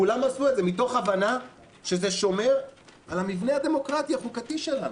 כולם עשו את זה מתוך הבנה שזה שומר על המבנה הדמוקרטי החוקתי שלה.